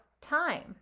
time